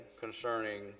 concerning